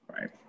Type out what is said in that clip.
Right